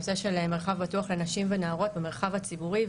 הנושא של מרחב בטוח לנשים ונערות במרחב הציבורי,